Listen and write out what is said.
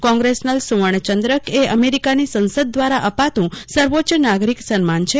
congressional સુવર્ણચંદ્રકએ અમેરીકીની સંસદ દ્વારા અપાતું સર્વોચ્ય નાગરિક સન્માન છે